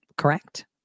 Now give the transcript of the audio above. correct